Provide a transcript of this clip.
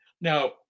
now